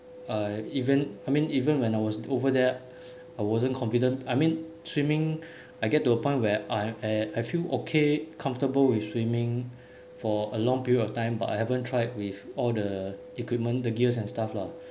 uh even I mean even when I was over there I wasn't confident I mean swimming I get to a point where I eh I feel okay comfortable with swimming for a long period of time but I haven't tried with all the equipment the gears and stuff lah